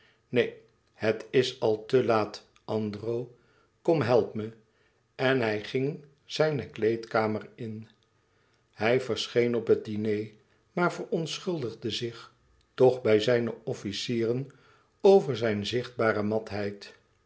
neen het is al te laat andro kom help me en hij ging zijne kleedkamer in hij verscheen op het diner maar verontschuldigde zich toch bij zijne officieren over zijne zichtbare matheid